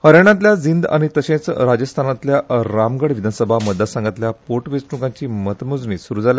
हरयाणातल्या जिंद तशेच राजस्थानातल्या रामगड विधानसभा मतदारसंघातल्या पोटवेचणूकांची मतमेजणी सुरू जाल्या